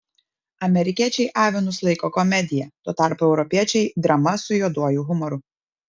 amerikiečiai avinus laiko komedija tuo tarpu europiečiai drama su juoduoju humoru